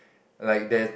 like that